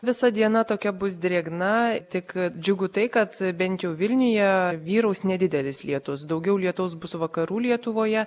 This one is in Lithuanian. visa diena tokia bus drėgna tik džiugu tai kad bent jau vilniuje vyraus nedidelis lietus daugiau lietaus bus vakarų lietuvoje